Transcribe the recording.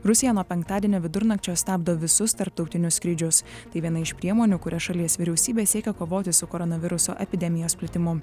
rusija nuo penktadienio vidurnakčio stabdo visus tarptautinius skrydžius tai viena iš priemonių kuria šalies vyriausybė siekia kovoti su koronaviruso epidemijos plitimu